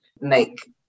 make